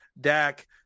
Dak